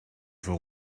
voor